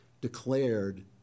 declared